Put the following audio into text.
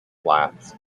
flats